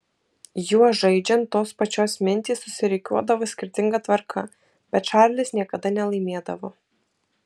juo žaidžiant tos pačios mintys susirikiuodavo skirtinga tvarka bet čarlis niekada nelaimėdavo